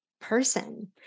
person